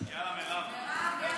יאללה, מירב.